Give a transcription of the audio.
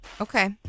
Okay